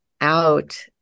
out